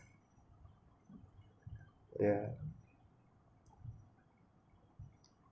yeah